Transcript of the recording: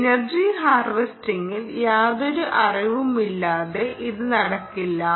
energy ഹാർവെസ്റ്റിങ്ങിൽ യാതൊരു അറിവുമില്ലാതെ ഇത് നടക്കില്ല